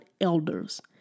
elders